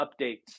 updates